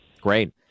Great